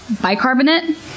bicarbonate